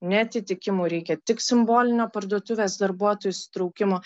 neatitikimų reikia tik simbolinio parduotuvės darbuotojų įsitraukimo